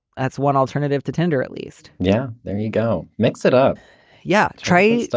that's one alternative to tender at least yeah. then you go mix it up yeah. trade.